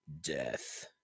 death